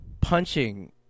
punching